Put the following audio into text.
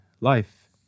life